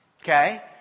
Okay